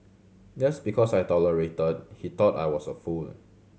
just because I tolerated he thought I was a fool